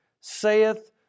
saith